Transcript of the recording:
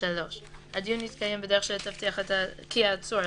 (3)הדיון יתקיים בדרך שתבטיח כי העצור,